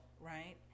right